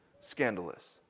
scandalous